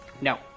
No